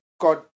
God